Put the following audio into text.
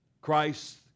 Christ